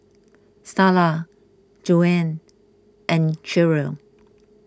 Starla Joanne and Cherrelle